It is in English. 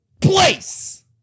place